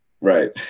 right